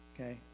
okay